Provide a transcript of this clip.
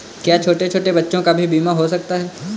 क्या छोटे छोटे बच्चों का भी बीमा हो सकता है?